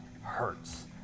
hurts